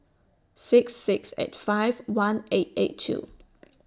six six eight five one eight eight two